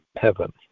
heaven